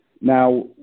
Now